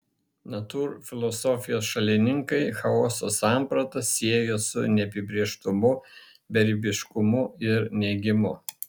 natūrfilosofijos šalininkai chaoso sampratą siejo su neapibrėžtumu beribiškumu ir neigimu